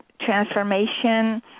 transformation